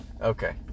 Okay